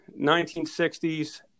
1960s